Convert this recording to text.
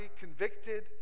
convicted